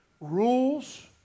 rules